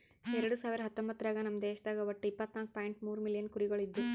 ಎರಡು ಸಾವಿರ ಹತ್ತೊಂಬತ್ತರಾಗ ನಮ್ ದೇಶದಾಗ್ ಒಟ್ಟ ಇಪ್ಪತ್ನಾಲು ಪಾಯಿಂಟ್ ಮೂರ್ ಮಿಲಿಯನ್ ಕುರಿಗೊಳ್ ಇದ್ದು